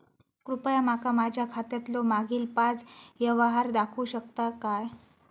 कृपया माका माझ्या खात्यातलो मागील पाच यव्हहार दाखवु शकतय काय?